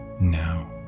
Now